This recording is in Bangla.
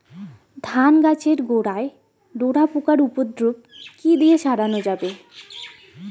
ধান গাছের গোড়ায় ডোরা পোকার উপদ্রব কি দিয়ে সারানো যাবে?